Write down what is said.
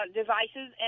devices